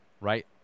right